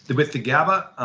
with the gaba, ah